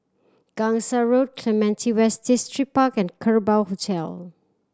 Gangsa Road Clementi West Distripark and Kerbau Hotel